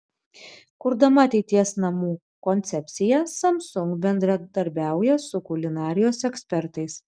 kurdama ateities namų koncepciją samsung bendradarbiauja su kulinarijos ekspertais